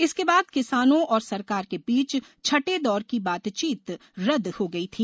इसके बाद किसानों और सरकार के बीच छठे दौर की बातचीत रद्द हो गई थी